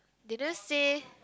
they just say